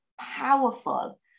powerful